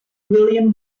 william